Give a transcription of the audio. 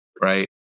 right